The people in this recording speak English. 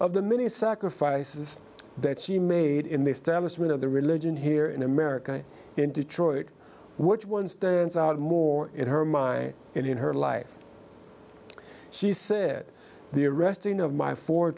of the many sacrifices that she made in the status of the religion here in america and in detroit which one stands out more in her mind and in her life she said the arresting of my four